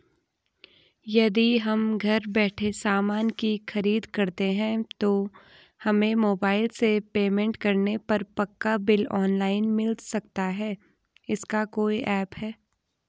यदि हम घर बैठे सामान की खरीद करते हैं तो हमें मोबाइल से पेमेंट करने पर पक्का बिल ऑनलाइन मिल सकता है इसका कोई ऐप है